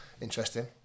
interesting